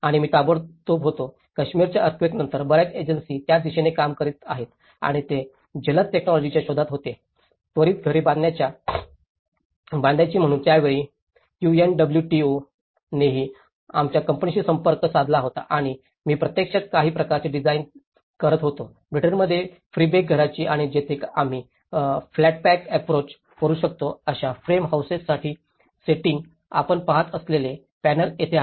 आणि मी ताबडतोब होतो काश्मिरच्या अर्थक्वेकानंतर बर्याच एजन्सी त्या दिशेने काम करीत आहेत आणि ते जलद टेकनॉलॉजिाच्या शोधात होते त्वरीत घरे बांधायची म्हणूनच त्यावेळी यूएनडब्ल्यूटीओनेही आमच्या कंपनीशी संपर्क साधला होता आणि मी प्रत्यक्षात काही प्रकारचे डिझाइन करत होतो ब्रिटनमधील प्रीफेब घरांची आणि जिथे आम्ही फ्लॅट पॅक अॅप्रोच करू शकतो अशा फ्रेम हाऊसेससाठी सेटिंग आपण पहात असलेले पॅनेल येथे आहेत